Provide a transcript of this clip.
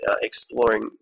exploring